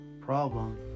problem